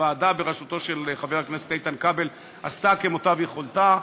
הוועדה בראשותו של חבר הכנסת איתן כבל עשתה כמיטב יכולתה.